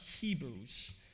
Hebrews